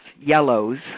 yellows